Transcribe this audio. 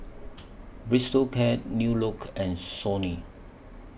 Bistro Cat New Look and Sony